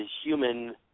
human